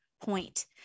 point